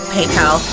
PayPal